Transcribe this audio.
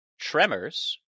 tremors